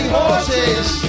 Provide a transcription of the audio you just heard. horses